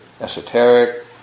esoteric